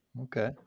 okay